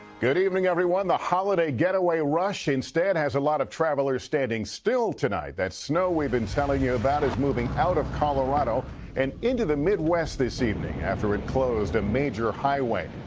good evening, everyone the holiday getaway rush instead has a lot of travelers standing still tonight. that snow we have been telling you about is moving out of colorado and into the midwest this evening after it closed a major highway,